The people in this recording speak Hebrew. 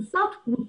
אנחנו